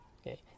okay